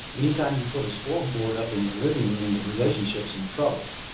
anytime you put a scoreboard up in your living room the relationship is in trouble.